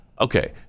okay